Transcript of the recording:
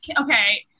okay